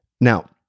now